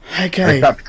Okay